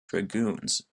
dragoons